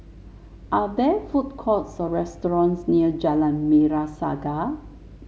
are there food courts or restaurants near Jalan Merah Saga